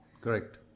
Correct